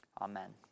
Amen